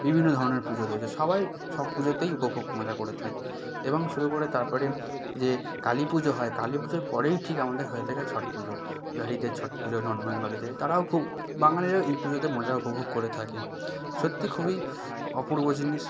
বিভিন্ন ধরনের পুজো রয়েছে সবাই সব পুজোতেই উপভোগ মজা করে থাকে এবং শুরু করে তারপরে যে কালী পুজো হয় কালী পুজোর পরেই ঠিক আমাদের হয়ে থাকে ছট পুজো বিহারিদের ছট পুজো নন বেঙ্গলিদের তারাও খুব বাঙালিরাও এই পুজোতে মজা উপভোগ করে থাকে সত্যি খুবই অপূর্ব জিনিস